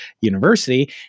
University